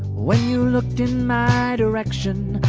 when you looked in my direction,